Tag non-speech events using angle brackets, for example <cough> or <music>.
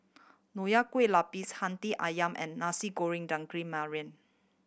Nonya Kueh Lapis Hati Ayam and Nasi Goreng daging <unintelligible>